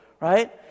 Right